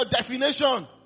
definition